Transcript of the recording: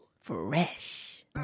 Fresh